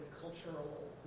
cultural